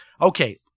Okay